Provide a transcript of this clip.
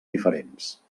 diferents